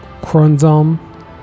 Kronzom